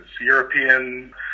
European